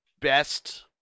best